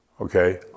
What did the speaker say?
Okay